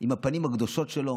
עם הפנים הקדושות שלו.